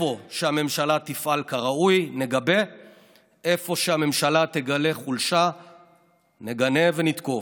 תודה רבה לשר נפתלי בנט.